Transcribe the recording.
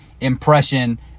impression